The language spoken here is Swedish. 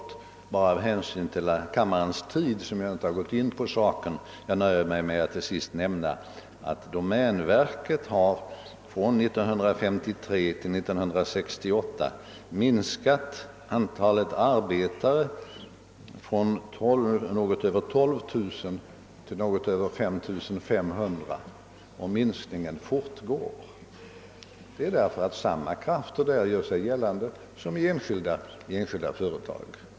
Det är enbart av hänsyn till kammarens tid som jag inte har gått in på saken; jag nöjer mig med att till sist nämna att domänverket från år 1953 till år 1968 har minskat antalet arbetare från något över 12 000 till något över 5 500, och minskningen fortgår. Det beror på att samma krafter där gör sig gällande som i enskilda företag.